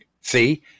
See